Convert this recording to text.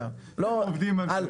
איזה עובדים על זה?